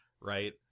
right